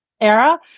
era